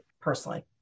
personally